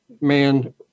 man